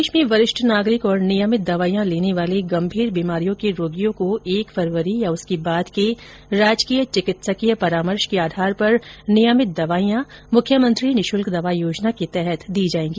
प्रदेश में वरिष्ठ नागरिक और नियमित दवाइयां लेने वाले गंभीर बीमारियों के रोगियों को एक फरवरी या उसके बाद के राजकीय चिकित्सकीय परामर्श के आधार पर नियमित दवाईयां मुख्यमंत्री निःशुल्क दवा योजना के तहत दी जाएगी